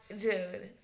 dude